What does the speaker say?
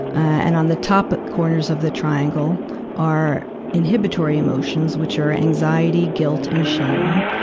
and on the top corners of the triangle are inhibitory emotions, which are anxiety, guilt, and shame.